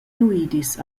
nuidis